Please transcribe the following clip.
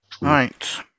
Right